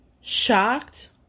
shocked